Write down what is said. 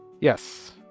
yes